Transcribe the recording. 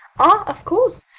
ah, of course.